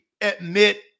admit